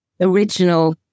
original